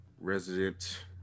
resident